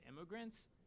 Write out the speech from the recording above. immigrants